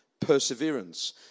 perseverance